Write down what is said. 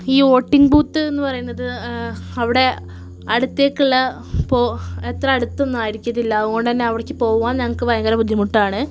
ഈ വോട്ടിങ് ബൂത്തെന്ന് പറയുന്നത് അവിടെ അടുത്തേക്കുള്ള അത്ര അടുത്തൊന്നും ആയിരിക്കത്തില്ല അത്കൊണ്ട് തന്നെ അവിടേക്ക് പോവാൻ ഞങ്ങൾക്ക് ഭയങ്കര ബുദ്ധിമുട്ടാണ്